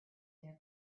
their